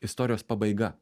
istorijos pabaiga